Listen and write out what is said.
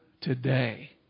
today